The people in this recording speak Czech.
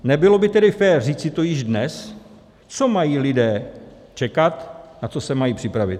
Nebylo by tedy fér říci to již dnes, co mají lidé čekat, na co se mají připravit?